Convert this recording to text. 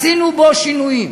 עשינו בו שינויים,